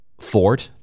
Ford